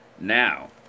Now